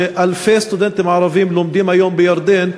אלפי סטודנטים ערבים לומדים היום בירדן,